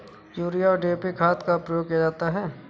urea और DAP खाद का प्रयोग किया जाता है